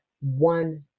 One